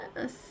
yes